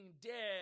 dead